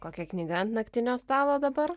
kokia knyga ant naktinio stalo dabar